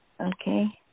Okay